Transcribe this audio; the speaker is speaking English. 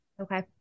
Okay